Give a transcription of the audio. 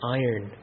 iron